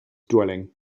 dwelling